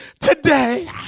Today